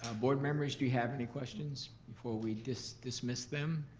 ah board members, do you have any questions before we dismiss dismiss them?